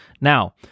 Now